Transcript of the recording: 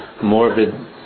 morbid